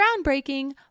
groundbreaking